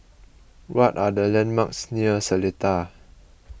what are the landmarks near Seletar